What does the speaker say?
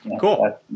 Cool